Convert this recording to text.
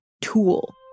tool